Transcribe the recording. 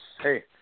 hey